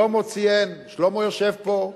שלמה יושב פה,